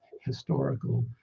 historical